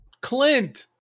Clint